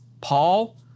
Paul